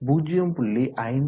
இங்கு 0